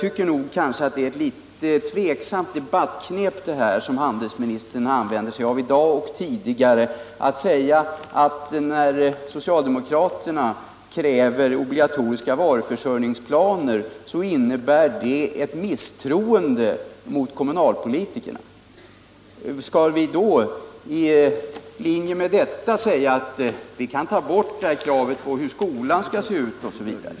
Det är kanske ett litet tveksamt debattknep som handelsministern använder sig av i dag liksom tidigare, när han säger att socialdemokraternas krav på obligatoriska varuförsörjningsplaner innebär ett misstroende mot kommunalpolitikerna. Skall vi i linje med det resonemanget ta bort kravet på hur skolan skall se ut osv.?